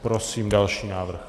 Prosím další návrh.